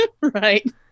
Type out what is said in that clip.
Right